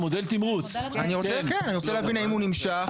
הוא נמשך.